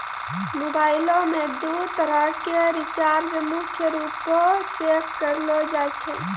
मोबाइलो मे दू तरह के रीचार्ज मुख्य रूपो से करलो जाय छै